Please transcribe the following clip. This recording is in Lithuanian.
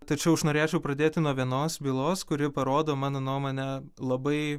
tačiau aš norėčiau pradėti nuo vienos bylos kuri parodo mano nuomone labai